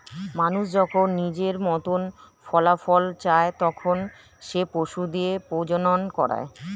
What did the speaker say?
মানুষ যখন নিজের মতন ফলাফল চায়, তখন সে পশু দিয়ে প্রজনন করায়